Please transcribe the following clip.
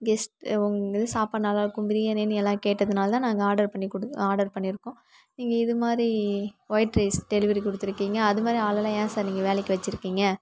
guest உங்கள் இது சாப்பாடு நல்லா இருக்கும் பிரியாணின்னு எல்லாம் கேட்டதுனால் தான் நாங்கள் ஆடர் பண்ணி கொடு ஆடர் பண்ணியிருக்கோம் நீங்கள் இது மாதிரி ஒயிட் ரைஸ் டெலிவெரி கொடுத்துருக்கிங்க அது மாதிரி ஆளெல்லாம் ஏன் சார் நீங்கள் வேலைக்கு வச்சிருக்கிங்க